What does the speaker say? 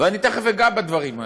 ואני תכף אגע בדברים האלה.